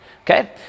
okay